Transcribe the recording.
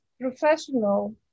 professional